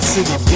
City